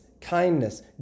Kindness